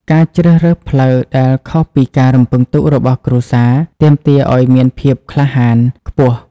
ការជ្រើសរើសផ្លូវដែលខុសពីការរំពឹងទុករបស់គ្រួសារ ទាមទារឱ្យមានភាពក្លាហានខ្ពស់។